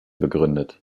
begründet